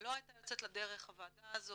לא הייתה יוצאת לדרך הוועדה הזאת.